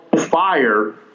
fire